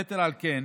יתר על כן,